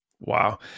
Wow